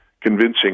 convincing